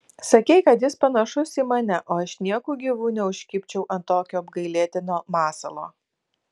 sakei kad jis panašus į mane o aš nieku gyvu neužkibčiau ant tokio apgailėtino masalo